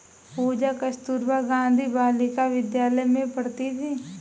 पूजा कस्तूरबा गांधी बालिका विद्यालय में पढ़ती थी